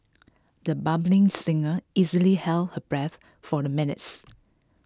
the budding singer easily held her breath for the minutes